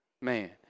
man